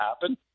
happen